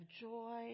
joy